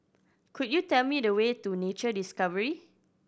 could you tell me the way to Nature Discovery